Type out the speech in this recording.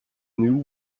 new